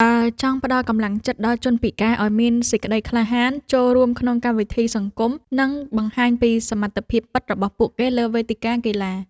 យើងចង់ផ្ដល់កម្លាំងចិត្តដល់ជនពិការឱ្យមានសេចក្ដីក្លាហានចូលរួមក្នុងសកម្មភាពសង្គម និងបង្ហាញពីសមត្ថភាពពិតរបស់ពួកគេលើវេទិកាកីឡា។